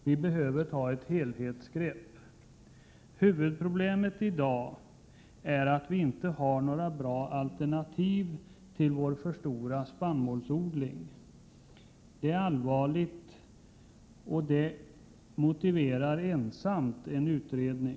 Vi behöver ta ett helhets Huvudproblemet i dag är att vi inte har några bra alternativ till vår för stora spannmålsodling. Det är allvarligt, och detta förhållande ensamt motiverar en utredning.